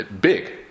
big